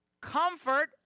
comfort